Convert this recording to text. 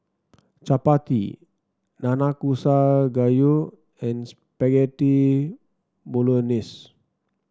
Chapati Nanakusa Gayu and Spaghetti Bolognese